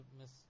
miss